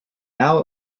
now